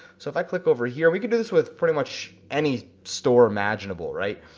so if i click over here, we can do this with pretty much any store imaginable, right.